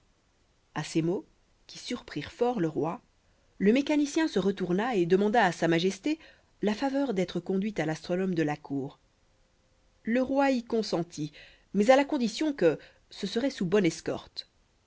a ces mots qui surprirent fort le roi le mécanicien se retourna et demanda à sa majesté la faveur d'être conduit à l'astronome de la cour le roi y consentit mais à la condition que ce serait sous bonne escorte